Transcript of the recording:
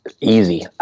Easy